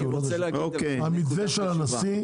המתווה של הנשיא,